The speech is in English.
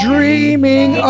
Dreaming